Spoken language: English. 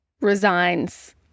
resigns